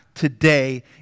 today